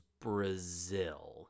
Brazil